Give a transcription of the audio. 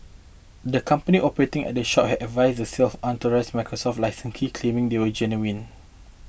the company operating at the shop had advertised the sale of unauthorised Microsoft licence key claiming they were genuine